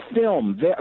film